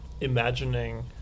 imagining